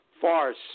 farce